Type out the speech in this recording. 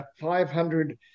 500